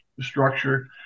structure